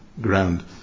ground